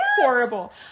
horrible